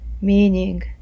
meaning